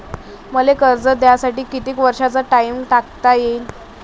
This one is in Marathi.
मले कर्ज घ्यासाठी कितीक वर्षाचा टाइम टाकता येईन?